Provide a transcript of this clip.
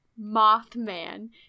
Mothman